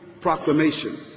proclamation